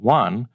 one